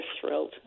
thrilled